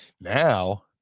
Now